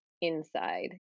inside